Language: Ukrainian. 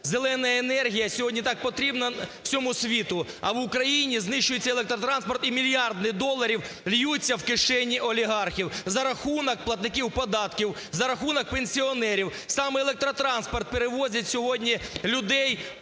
"Зелена" енергія сьогодні так потрібна всьому світу, а в Україні знищується електротранспорт і мільярди доларів ллються в кишені олігархів за рахунок платників податків, за рахунок пенсіонерів. Саме електротранспорт перевозить сьогодні людей